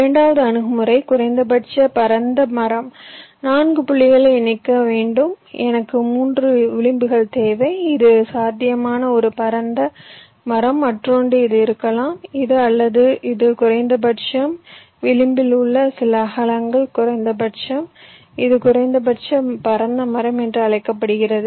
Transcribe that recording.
இரண்டாவது அணுகுமுறை குறைந்தபட்ச பரந்த மரம் 4 புள்ளிகளை இணைக்க எனக்கு 3 விளிம்புகள் தேவை இது சாத்தியமான ஒரு பரந்த மரம் மற்றொன்று இது இருக்கலாம் இது அல்லது இது குறைந்தபட்சம் இது விளிம்பில் உள்ள சில அகலங்கள் குறைந்தபட்சம் இது குறைந்தபட்ச பரந்த மரம் என்று அழைக்கப்படுகிறது